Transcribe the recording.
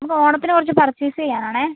നമുക്ക് ഓണത്തിന് കുറച്ച് പർച്ചേസ് ചെയ്യാൻ ആണേ